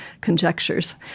conjectures